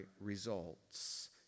results